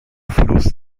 fluss